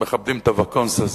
מכבדים את ה- vacancesהזה.